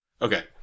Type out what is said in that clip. Okay